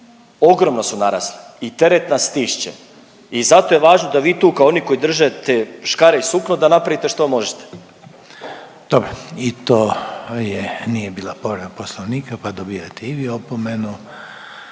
Ogromno su narasle i teret nas stišće i zato je važno da vi tu kao oni koji drže te škare i sukno da napravite što možete. **Reiner, Željko (HDZ)** Dobro i to je, nije bila povreda Poslovnika pa dobijate i vi opomenu.